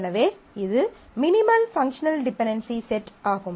எனவே இது minimal functional dependency set ஆகும்